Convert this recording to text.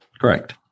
Correct